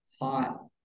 hot